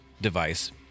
device